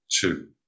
Two